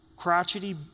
crotchety